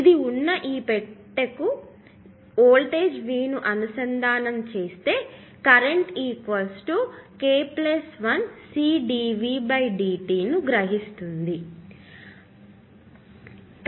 ఇది ఉన్న ఈ మొత్తం పెట్టెకు నేను వోల్టేజ్ V ను అనుసంధానం చేస్తే అది కరెంటు k 1 CdV dt ను గ్రహిస్తుంది